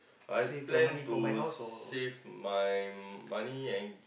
I plan to save my money and